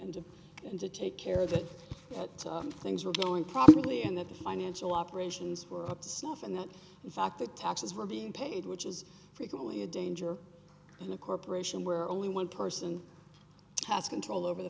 to and to take care that things were going properly and that the financial operations were up to snuff and that in fact the taxes were being paid which is frequently a danger in a corporation where only one person has control over the